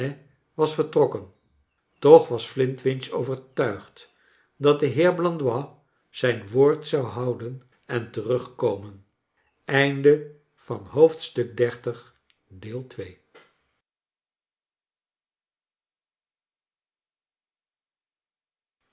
was vertrokken toch was flintwinch overtuigd dat de heer blandois zijn woord zou houden en terugkomen